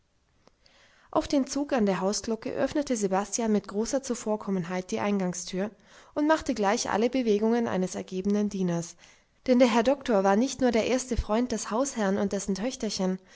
auf den zug an der hausglocke öffnete sebastian mit großer zuvorkommenheit die eingangstür und machte gleich alle bewegungen eines ergebenen dieners denn der herr doktor war nicht nur der erste freund des hausherrn und dessen töchterchen